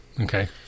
Okay